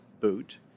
boot